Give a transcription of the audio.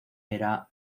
era